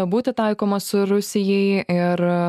būti taikomos rusijai ir